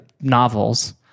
novels